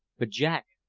but jack,